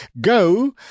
go